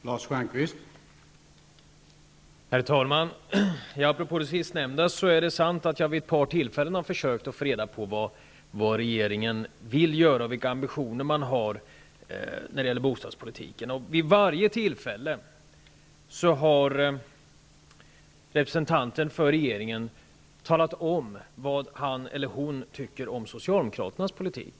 Herr talman! Det är sant att jag vid ett par tillfällen har försökt att få reda på vad regeringen vill göra och vilka ambitioner man har när det gäller bostadspolitiken. Vid varje tillfälle har en representant för regeringen talat om vad han eller hon anser om Socialdemokraternas politik.